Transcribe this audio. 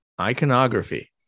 iconography